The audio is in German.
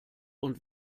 und